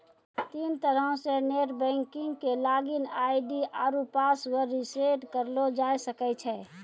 तीन तरहो से नेट बैंकिग के लागिन आई.डी आरु पासवर्ड रिसेट करलो जाय सकै छै